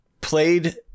played